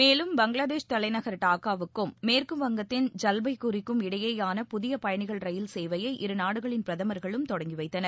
மேலும் பங்களாதேஷ் தலைநகர் டாக்காவுக்கும் மேற்குவங்கத்தின் ஜல்பைகுரிக்கும் இடையேயான புதிய பயணிகள் ரயில் சேவையை இரு நாடுகளின் பிரதமர்களும் தொடங்கி வைத்தனர்